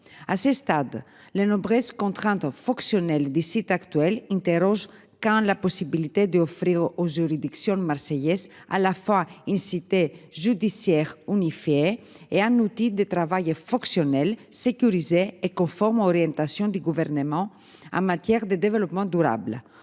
à ce stade les nombreuses contraintes fonctionnelles des sites actuels interroge quand la possibilité d'offrir aux juridictions marseillaise à la fin une cité judiciaire. Et un outil de travail et fonctionnelles sécurisées et conforme aux orientations du gouvernement en matière de développement durable.